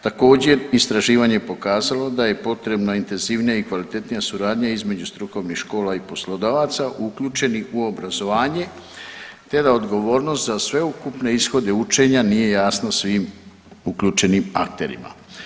Također istraživanje je pokazalo da je potrebna intenzivnija i kvalitetnija suradnja između strukovnih škola i poslodavaca uključenih u obrazovanje, te da odgovornost za sveukupne ishode učenja nije jasno svim uključenim akterima.